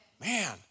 Man